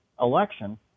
election